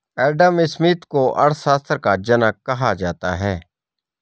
Adam Smith को अर्थशास्त्र का जनक कहा जाता है